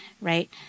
right